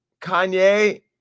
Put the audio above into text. Kanye